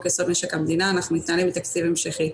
יסוד משק המדינה אנחנו מתנהלים בתקציב המשכי.